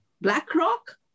BlackRock